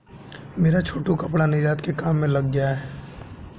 मेरा छोटू कपड़ा निर्यात के काम में लग गया है